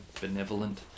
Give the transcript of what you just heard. benevolent